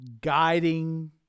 guiding